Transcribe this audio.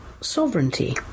sovereignty